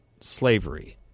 slavery